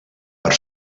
per